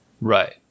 right